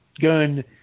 gun